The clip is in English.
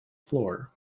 floor